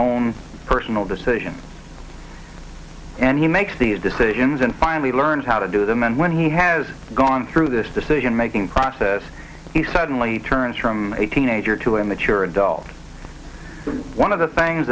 own personal decision and he makes these decisions and finally learns how to do them and when he has gone through this decision making process he suddenly turns from a teenager too and that your adult one of the things